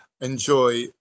enjoy